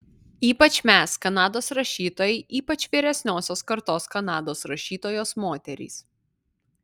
ypač mes kanados rašytojai ypač vyresniosios kartos kanados rašytojos moterys